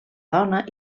dona